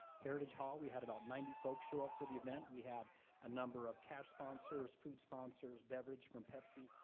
heritage hall, we had about ninety folks show up for the event. we had a number of cash sponsors, food sponsors, beverage from pepsi,